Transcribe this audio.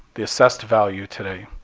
the assessed value today.